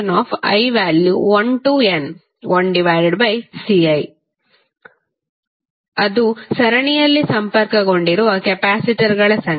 1Ceq1C11C21Cni1n1Ci ಅದು ಸರಣಿಯಲ್ಲಿ ಸಂಪರ್ಕಗೊಂಡಿರುವ ಕೆಪಾಸಿಟರ್ಗಳ ಸಂಖ್ಯೆ